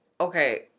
okay